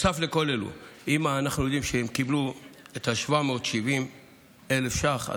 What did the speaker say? אם אנחנו יודעים שהם קיבלו את ה-770,000 ש"ח,